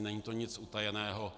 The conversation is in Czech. Není to nic utajeného.